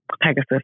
Pegasus